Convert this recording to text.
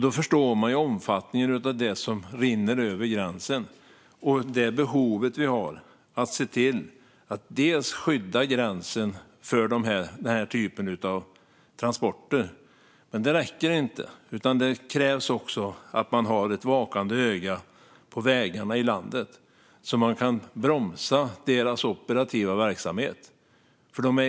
Då förstår man omfattningen av det som rinner över gränsen och det behov vi har av att se till att skydda gränsen för den typen av transporter. Men det räcker inte, utan det krävs också att man har ett vakande öga på vägarna i landet så att man kan bromsa den operativa verksamheten.